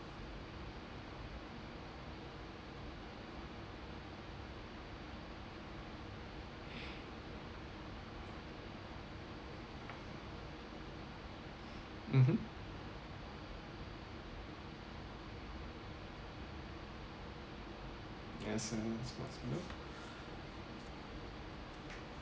mmhmm as soon as possible